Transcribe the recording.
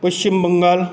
Paschim Bengal